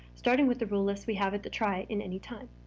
starting with the rule list we have at the trie in any time.